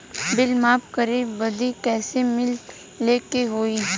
Bill माफ करे बदी कैसे मिले के होई?